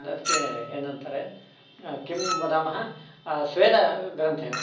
अद्के एनन्तारे किं वदामः स्वेदग्रन्थयः ह